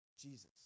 Jesus